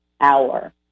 hour